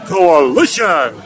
Coalition